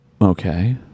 Okay